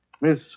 Miss